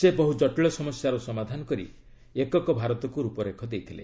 ସେ ବହୁ ଜଟିଳ ସମସ୍ୟାର ସମାଧାନ କରି ଏକକ ଭାରତକୁ ରୂପରେଖ ଦେଇଥିଲେ